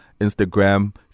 Instagram